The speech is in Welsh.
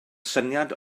syniad